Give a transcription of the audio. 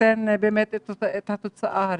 שתיתן את התוצאה הרצויה.